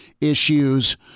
issues